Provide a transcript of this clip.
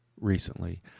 recently